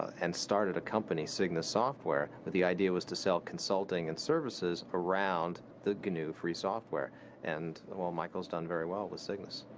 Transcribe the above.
and started a company, cygnus software with the idea was to sell consulting and services around the gnu free software and, well michael's done very well with cygnus.